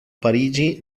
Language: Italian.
parigi